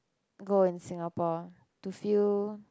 go in Singapore to feel